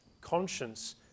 conscience